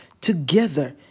together